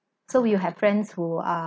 so we'll have friends who are